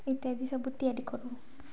ଇତ୍ୟାଦି ସବୁ ତିଆରି କରୁ